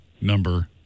number